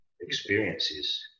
experiences